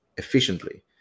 efficiently